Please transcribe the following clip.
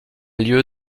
lieu